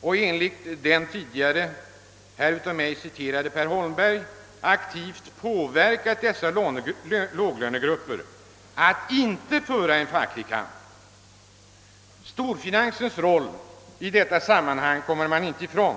och, enligt den av mig tidigare citerade Per Holmberg, aktivt påverkat dessa låglönegrupper att inte föra en fackligt aktiv kamp. Storfinansens roll i detta sammanhang kommer man inte ifrån.